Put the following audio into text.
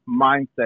mindset